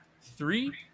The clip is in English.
three